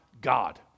God